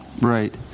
Right